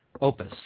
Opus